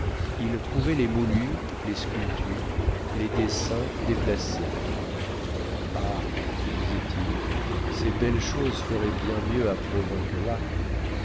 il trouvait les moulures les sculptures les dessins déplacés ah se disait-il ces belles choses feraient bien mieux à provins que là